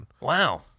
Wow